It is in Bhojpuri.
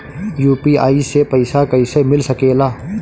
यू.पी.आई से पइसा कईसे मिल सके ला?